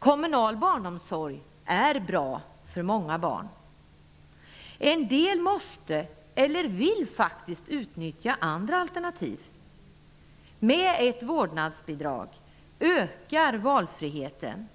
Kommunal barnomsorg är bra för många barn. En del måste eller vill utnyttja andra alternativ. Med ett vårdnadsbidrag ökar valfriheten